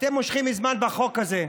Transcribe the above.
אתם מושכים זמן בחוק הזה.